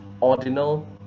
ordinal